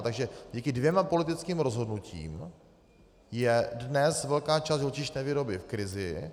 Takže díky dvěma politickým rozhodnutím je dnes velká část živočišné výroby v krizi.